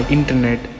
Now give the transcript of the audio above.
internet